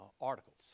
articles